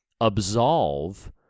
absolve